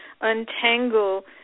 untangle